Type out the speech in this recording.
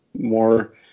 more